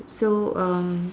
so uh